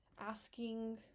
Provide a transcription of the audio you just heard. asking